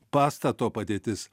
pastato padėtis